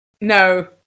No